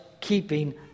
keeping